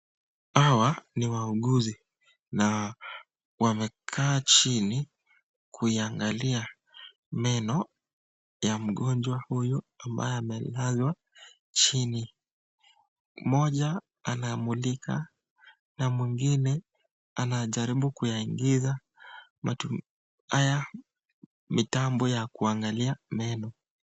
Hawa ni wauguzi na wamekaa chini kuiangalia meno ya mgonjwa huyu ambaye amelazwa chini. Mmoja anamulika na mwingine anajaribu kuyaingiza mavitu haya mitambo ya kuangalia meno.